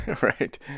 Right